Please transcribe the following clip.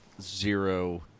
zero